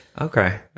Okay